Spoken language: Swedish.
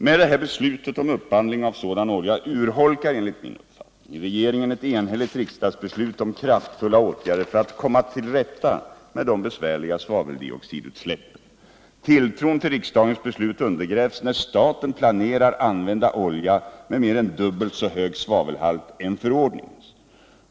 Med beslutet om upphandling av sådan olja urholkar enligt min uppfattning regeringen ett enhälligt riksdagsbeslut om kraftfulla åtgärder för att komma till rätta med de besvärliga svaveldioxidutsläppen. Tilltron till riksdagens beslut undergrävs när staten planerar att använda en olja med mer än dubbelt så hög svavelhalt än förordningens.